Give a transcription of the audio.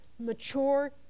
mature